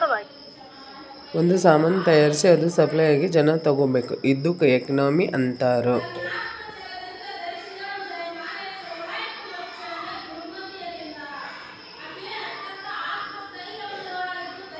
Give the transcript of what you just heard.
ಒಂದ್ ಸಾಮಾನ್ ತೈಯಾರ್ಸಿ ಅದು ಸಪ್ಲೈ ಆಗಿ ಜನಾ ತಗೋಬೇಕ್ ಇದ್ದುಕ್ ಎಕನಾಮಿ ಅಂತಾರ್